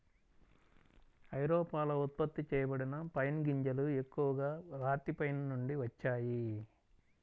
ఐరోపాలో ఉత్పత్తి చేయబడిన పైన్ గింజలు ఎక్కువగా రాతి పైన్ నుండి వచ్చాయి